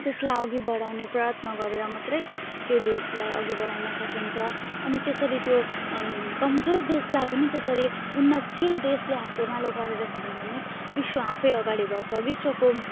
त्यसलाई अघि बढाउने प्रयत्न गरेर मात्रै त्यो देशलाई अघि बढाउन सकिन्छ अनि त्यसरी त्यो कमजोर देशलाई पनि त्यसरी उन्नतिशील देशले हातेमालो गरेर हिँड्यो भने विश्व आफै अगाडि बढ्छ विश्वको